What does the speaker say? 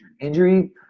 Injury